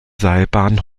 seilbahn